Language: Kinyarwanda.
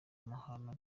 amahano